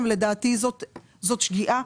לדעתי זאת שגיאה.